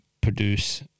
produce